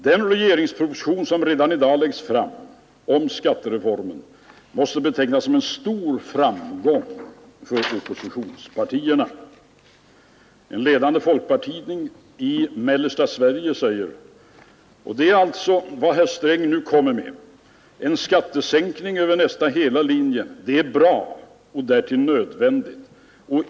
Den regeringsproposition som redan i dag läggs fram om skattereformen måste betecknas som en stor framgång för oppositionspartierna.” En ledande folkpartitidning i mellersta Sverige säger: ”Och det är alltså vad herr Sträng nu kommer med. En skattesänkning över nästan hela linjen. Det är bra och därtill nödvändigt.